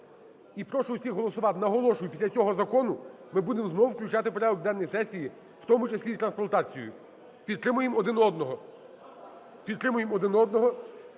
і прошу всіх голосувати. Наголошую, після цього закону ми будемо знову включати в порядок денної сесії, в тому числі і трансплантацію. Підтримуємо один одного.